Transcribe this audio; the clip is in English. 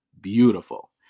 beautiful